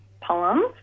poem